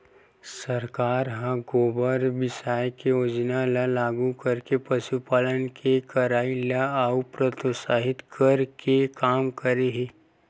सरकार ह गोबर बिसाये के योजना ल लागू करके पसुपालन के करई ल अउ प्रोत्साहित करे के काम करे हे